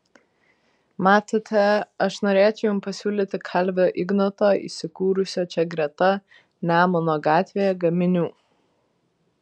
matote aš norėčiau jums pasiūlyti kalvio ignoto įsikūrusio čia greta nemuno gatvėje gaminių